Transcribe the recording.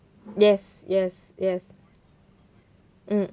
yes yes yes mm